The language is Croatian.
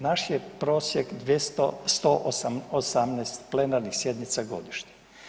Naš je prosjek 118 plenarnih sjednica godišnje.